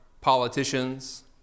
politicians